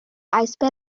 eisbär